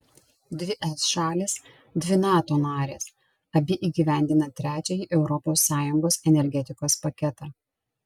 dvi es šalys dvi nato narės abi įgyvendina trečiąjį europos sąjungos energetikos paketą